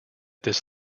this